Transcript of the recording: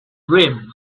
rim